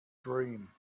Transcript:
dream